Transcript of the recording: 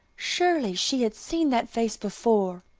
surely she had seen that face before!